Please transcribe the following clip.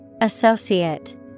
Associate